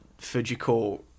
Fujiko